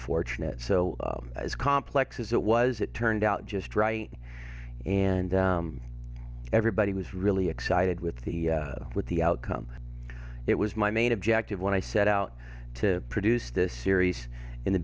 fortunate so as complex as it was it turned out just right and everybody was really excited with the with the outcome it was my main objective when i set out to produce this series in the